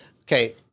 Okay